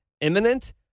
imminent